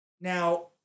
Now